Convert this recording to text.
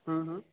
હં હં